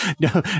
no